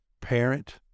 parent